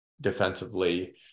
defensively